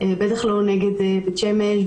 בטח לא נגד בית שמש,